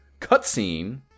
cutscene